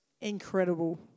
incredible